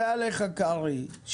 עליך, קרעי.